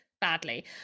badly